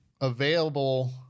available